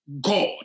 God